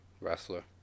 wrestler